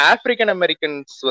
African-Americans